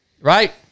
right